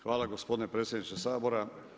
Hvala gospodine predsjedniče Sabora.